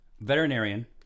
veterinarian